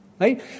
right